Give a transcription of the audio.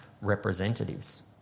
representatives